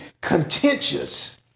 contentious